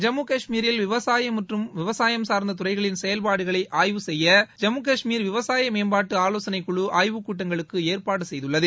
ஜம்மு கஷ்மீரில் விவசாயம் விவசாயம் சார்ந்த துறைகளின் செயல்பாடுகளை ஆய்வு செய்ய ஜம்மு கஷ்மீர் விவசாய மேம்பாட்டு ஆலோசனைக்குழி ஆய்வுக்கூட்டங்களுக்கு ஏற்பாடு செய்துள்ளது